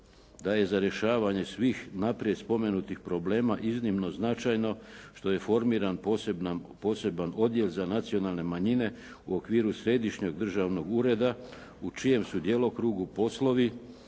da je za rješavanje svih naprijed spomenutih problema iznimno značajno što je formiran poseban odjel za nacionalne manjine u okviru središnjeg državnog ureda u čijem su djelokrugu poslovi